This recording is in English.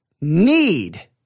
need